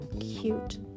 cute